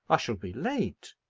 i shall be late.